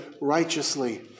righteously